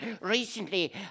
recently